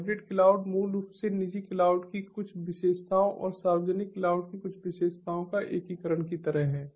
hybrid cloud मूल रूप से निजी क्लाउड की कुछ विशेषताओं और सार्वजनिक क्लाउड की कुछ विशेषताओं के एकीकरण की तरह है